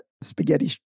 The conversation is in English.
spaghetti